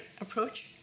approach